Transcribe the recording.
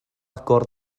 agor